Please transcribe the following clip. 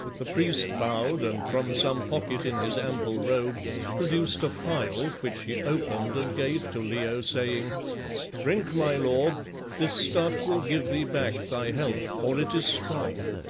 the priest bowed, and from some pocket in his ample robe produced a phial which he opened and gave to leo, saying drink, my lord this stuff will give thee back thy health, for it is strong.